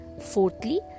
Fourthly